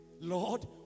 Lord